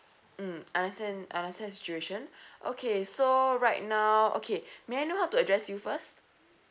mm I understand I understand the situation okay so right now okay may I know how to address you first